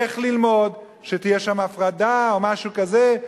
איך ללמוד, שתהיה שם הפרדה או משהו כזה?